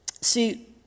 See